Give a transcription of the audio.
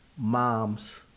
moms